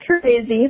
Crazy